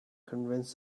convince